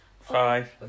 five